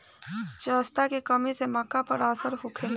जस्ता के कमी से मक्का पर का असर होखेला?